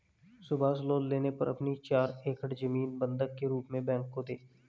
Subhash loan लेने पर अपनी चार एकड़ जमीन बंधक के रूप में बैंक को दें